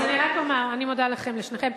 אז אני רק אומר, אני מודה לכם, לשניכם.